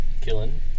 killing